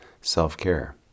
self-care